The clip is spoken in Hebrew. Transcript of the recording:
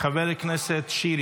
חבר הכנסת שירי,